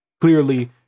clearly